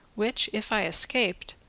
which, if i escaped,